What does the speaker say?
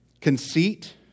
conceit